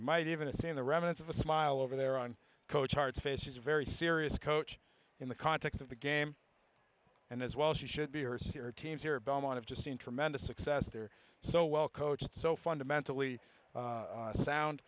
might even assume the remnants of a smile over there on coach hearts face is a very serious coach in the context of the game and as well she should be or sarah teams here belmont i've just seen tremendous success there so well coached so fundamentally sound